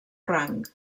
rang